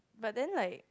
but then like